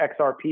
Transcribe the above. XRP